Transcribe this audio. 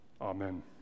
Amen